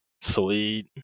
Sweet